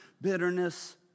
bitterness